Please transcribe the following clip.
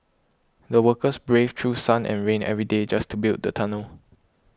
the workers braved through sun and rain every day just to build the tunnel